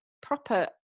proper